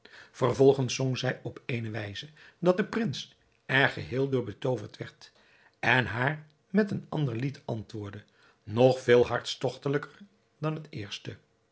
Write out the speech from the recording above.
vervolgens zong zij op eene wijze dat de prins er geheel door betooverd werd en haar met een ander lied antwoordde nog veel hartstogtelijker dan het eerste